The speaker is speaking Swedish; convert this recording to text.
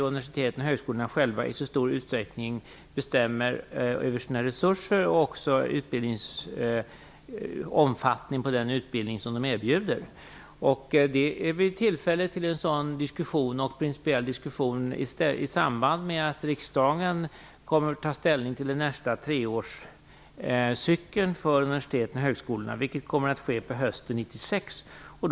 Universiteten och högskolorna bestämmer i stor utsträckning själva över sina resurser och omfattningen på den utbildning som de erbjuder. Det blir tillfälle till en principiell diskussion i samband med att riksdagen tar ställning till nästa treårscykel för universitet och högskolor. Det kommer att ske hösten 1996.